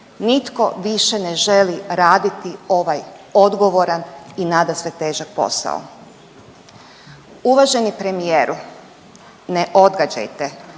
Nitko više ne želi raditi ovaj odgovoran i nadasve težak posao. Uvaženi premijeru, ne odgađajte.